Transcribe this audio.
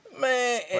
Man